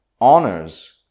honors